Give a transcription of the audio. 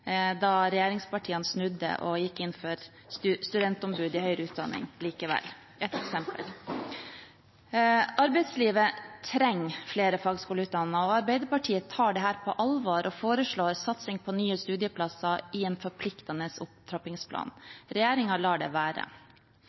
da regjeringspartiene snudde og likevel gikk inn for studentombud i høyere utdanning. Arbeidslivet trenger flere fagskoleutdannete. Arbeiderpartiet tar dette på alvor og foreslår satsing på nye studieplasser i en forpliktende opptrappingsplan. Regjeringen lar det være.